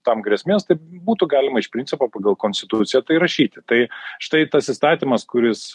tam grėsmės tai būtų galima iš principo pagal konstituciją tai rašyti tai štai tas įstatymas kuris